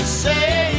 Say